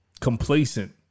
complacent